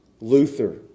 Luther